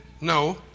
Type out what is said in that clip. No